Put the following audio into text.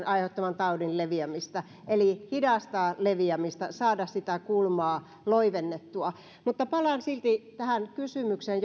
aiheuttaman taudin leviämistä eli hidastaa leviämistä saada sitä kulmaa loivennettua mutta palaan silti tähän kysymykseen